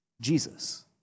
Jesus